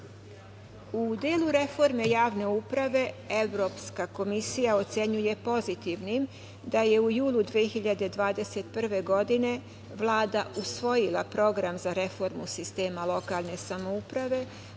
delu reforme javne uprave, Evropska komisija ocenjuje pozitivnim da je u julu 2021. godine Vlada usvojila Program za reformu sistema lokalne samouprave